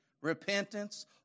repentance